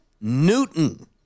Newton